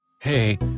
Hey